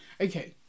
Okay